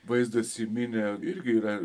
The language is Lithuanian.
vaizdas į minią irgi yra